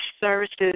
services